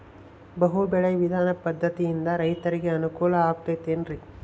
ಬಹು ಬೆಳೆ ವಿಧಾನ ಪದ್ಧತಿಯಿಂದ ರೈತರಿಗೆ ಅನುಕೂಲ ಆಗತೈತೇನ್ರಿ?